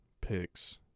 picks